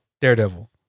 Daredevil